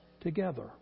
together